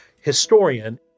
historian